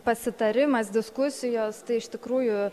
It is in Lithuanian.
pasitarimas diskusijos tai iš tikrųjų